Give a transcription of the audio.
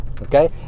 Okay